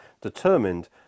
determined